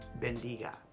bendiga